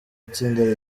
itsinda